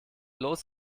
los